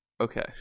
Okay